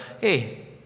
hey